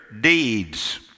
deeds